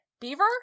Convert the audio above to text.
beaver